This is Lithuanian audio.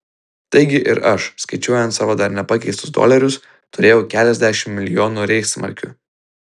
taigi ir aš skaičiuojant savo dar nepakeistus dolerius turėjau keliasdešimt milijonų reichsmarkių